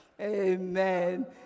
Amen